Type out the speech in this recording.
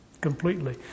completely